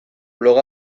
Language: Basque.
blog